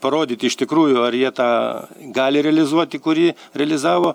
parodyti iš tikrųjų ar jie tą gali realizuoti kurį realizavo